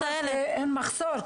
לכן אמרתי שאין מחסור.